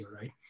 right